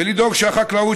ולדאוג שהחקלאות,